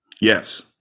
yes